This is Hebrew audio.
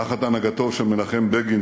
תחת הנהגתו של מנחם בגין,